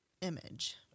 image